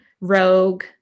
rogue